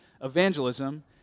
Evangelism